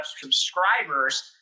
subscribers